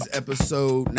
episode